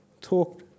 talk